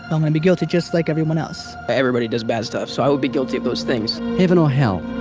um and be guilty just like everyone else. everybody does bad stuff, so i would be guilty of those things. heaven or hell?